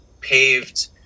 paved